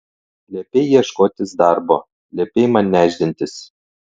liepei ieškotis darbo liepei man nešdintis